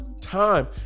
time